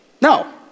No